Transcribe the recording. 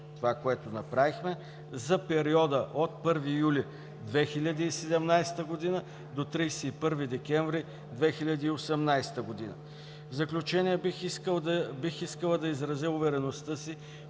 това, което направихме ¬ за периода от 1 юли 2017 г. до 31 декември 2018 г. В заключение бих искала да изразя увереността си,